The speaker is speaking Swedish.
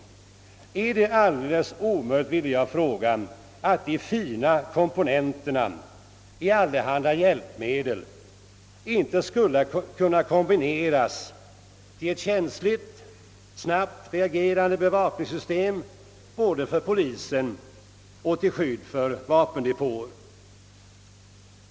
Är det alldeles omöjligt att de fina komponenterna i allehanda hjälpmedel inte skulle kunna kombineras till ett känsligt och snabbt reagerande bevakningssystem både för polisen och till skydd för vapendepåer?